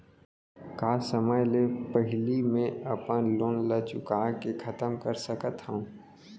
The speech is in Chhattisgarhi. का समय ले पहिली में अपन लोन ला चुका के खतम कर सकत हव?